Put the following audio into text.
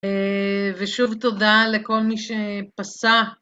ושוב תודה לכל מי שפסע.